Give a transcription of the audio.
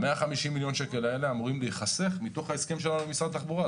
150 מיליון שקל האלה אמורים להיחסך מתוך ההסכם שלנו עם משרד התחבורה,